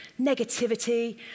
negativity